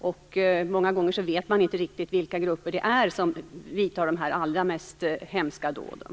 Många gånger vet man inte riktigt vilka grupper det är som vidtar de allra hemskaste dåden.